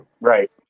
right